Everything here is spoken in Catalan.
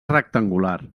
rectangular